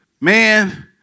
man